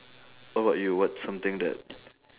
how about you what's something that